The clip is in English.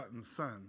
Son